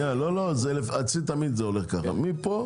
זאת לא הדעה האישית שלי אלא זו הדעה הנכונה ומי שחושב את זה,